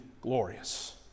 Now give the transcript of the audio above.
glorious